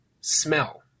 smell